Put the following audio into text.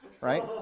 right